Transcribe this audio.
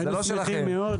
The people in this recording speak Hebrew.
היינו שמחים מאוד.